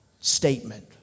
statement